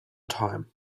time